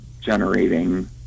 generating